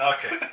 Okay